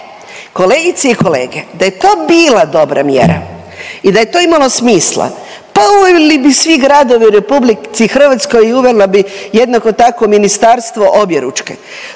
kolegice i kolege da je to bila dobra mjera i da je to imalo smisla pa uveli bi svi gradovi u RH u uvela bi jednako tako ministarstvo objeručke.